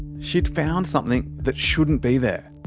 she'd found something that shouldn't be there.